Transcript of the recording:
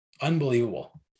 Unbelievable